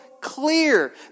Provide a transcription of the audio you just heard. clear